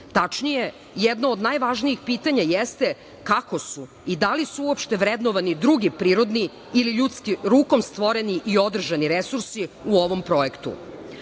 Tačnije, jedno od najvažnijih pitanja jeste kako su i da li su opšte vrednovani drugi prirodni ili ljudski, rukom stvoreni i održani resursi u ovom projektu?